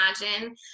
imagine